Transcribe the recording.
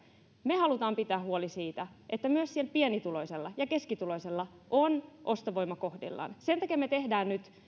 me haluamme pitää huolen siitä että myös sillä pienituloisella ja keskituloisella on ostovoima kohdillaan sen takia me teemme nyt